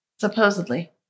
supposedly